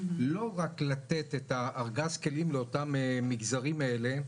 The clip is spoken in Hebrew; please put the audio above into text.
לא רק לתת את ארגז הכלים למגזרים אלה,